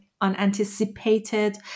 unanticipated